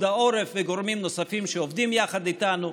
העורף וגורמים נוספים שעובדים יחד איתנו,